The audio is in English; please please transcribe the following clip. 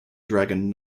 dragon